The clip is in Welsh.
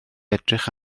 edrych